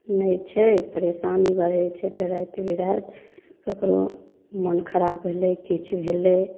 नहि छै परेशानी बढ़ै छै तऽ राति बेराति ककरो मोन खराब भेलै किछु भेलै